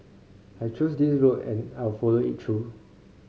I chose this road and I'll follow it through